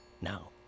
Now